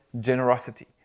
generosity